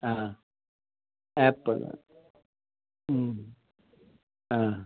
ಹಾಂ ಆ್ಯಪಲ್ ಹ್ಞೂ ಹಾಂ